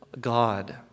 God